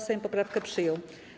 Sejm poprawkę przyjął.